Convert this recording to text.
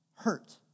hurt